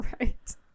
right